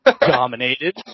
dominated